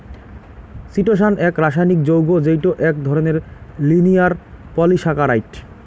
chitosan এক রাসায়নিক যৌগ্য যেইটো এক ধরণের লিনিয়ার পলিসাকারাইড